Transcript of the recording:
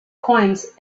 coins